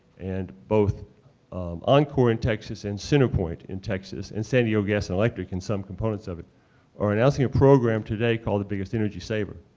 and both oncor in texas and centerpoint in texas and san diego gas and electric and some components of it are announcing a program today called the biggest energy saver,